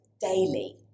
daily